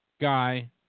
guy